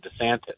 DeSantis